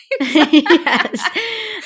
Yes